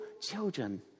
children